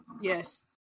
Yes